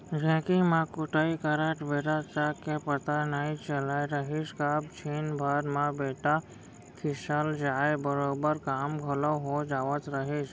ढेंकी म कुटई करत बेरा तक के पता नइ चलत रहिस कब छिन भर म बेटा खिसल जाय बरोबर काम घलौ हो जावत रहिस